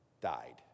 died